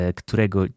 którego